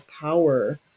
power